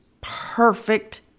perfect